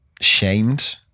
shamed